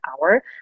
hour